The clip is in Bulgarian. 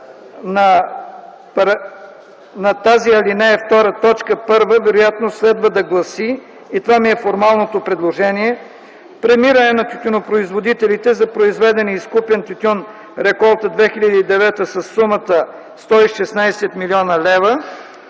на тази ал. 2, т. 1 вероятно следва да гласи – и това е формалното ми предложение: „1. премиране на тютюнопроизводителите за произведен и изкупен тютюн, реколта 2009 г. със сумата 116 млн. лв.,